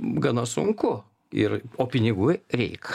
gana sunku ir o pinigų reik